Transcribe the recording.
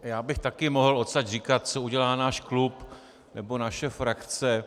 Já bych také mohl odsud mohl říkat, co udělá náš klub nebo naše frakce.